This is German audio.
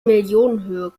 millionenhöhe